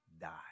die